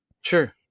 Sure